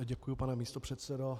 Děkuji, pane místopředsedo.